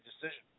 decision